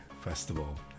Festival